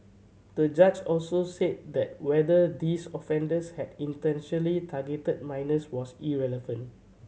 the judge also said that whether these offenders had intentionally targeted minors was irrelevant